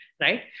Right